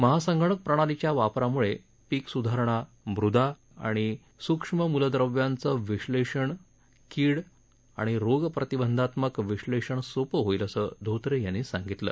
महासंगणक प्रणालीच्या वापरामुळे पीक सुधारणा मृदा आणि स्क्ष्म म्लद्रव्यांचं विश्लेषण कीड आणि रोग प्रतिबंधकात्मक विश्लेषण सोपं होईल असं धोत्रे यांनी सांगितलं